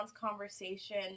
conversation